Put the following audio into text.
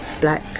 black